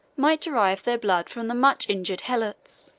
might derive their blood from the much-injured helots.